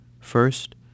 First